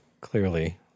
clearly